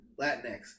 Latinx